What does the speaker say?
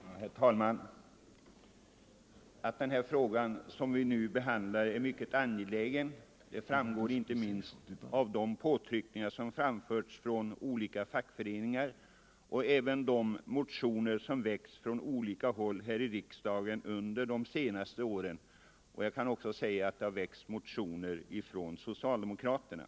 Herr talman! Att den fråga som vi nu skall behandla är mycket angelägen framgår inte minst av de påtryckningar som gjorts från olika fackföreningar och även av de motioner som väckts från olika håll här i riksdagen under de senaste åren. Jag vill framhålla att det har väckts motioner också av socialdemokraterna.